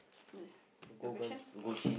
eh your question